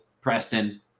preston